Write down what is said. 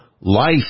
Life